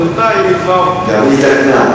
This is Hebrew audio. בינתיים היא כבר, היא הזדקנה.